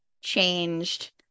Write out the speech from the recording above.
changed